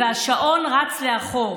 והשעון רץ לאחור.